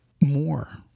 more